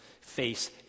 face